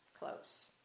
close